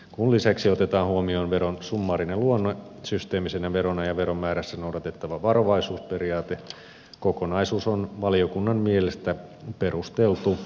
kun lisäksi otetaan huomioon veron summaarinen luonne systeemisenä verona ja veron määrässä noudatettava verovaisuusperiaate kokonaisuus on valiokunnan mielestä perusteltu ja hyväksyttävä